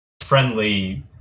friendly